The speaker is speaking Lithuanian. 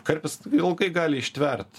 karpis ilgai gali ištvert